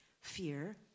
Fear